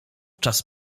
czas